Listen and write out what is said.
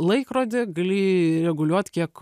laikrodį gali reguliuot kiek